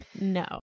no